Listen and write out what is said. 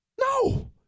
No